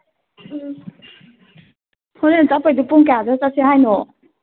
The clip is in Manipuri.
ꯎꯝ ꯍꯧꯔꯦꯟ ꯆꯠꯄꯒꯤꯗꯨ ꯄꯨꯡ ꯀꯌꯥꯗ ꯆꯠꯁꯦ ꯍꯥꯏꯔꯤꯅꯣ